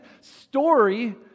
story